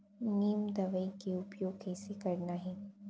नीम दवई के उपयोग कइसे करना है?